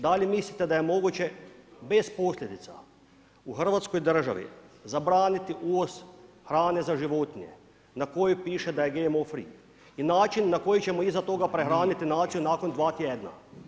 Da li mislite da je moguće bez posljedica u Hrvatskoj državi zabraniti uvoz hrane za životinje na kojoj piše da je GMO free i način na koji ćemo iza toga prehraniti naciju nakon dva tjedna?